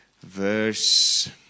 verse